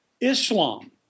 Islam